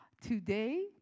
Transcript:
Today